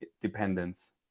dependence